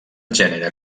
gènere